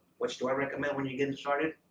which do i recommend when you're getting started?